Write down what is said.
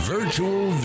Virtual